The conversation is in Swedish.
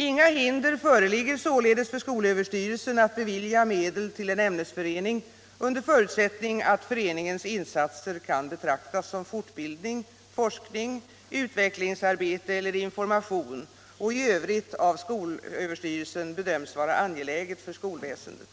Inga hinder föreligger således för skolöverstyrelsen att bevilja medel till en ämnesförening under förutsättning att föreningens insatser kan betraktas som fortbildning, forskning, utvecklingsarbete eller information och i övrigt av skolöverstyrelsen bedöms vara angeläget för skolväsendet.